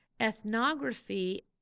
Ethnography